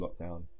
lockdown